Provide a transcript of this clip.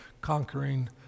conquering